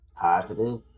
positive